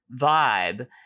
vibe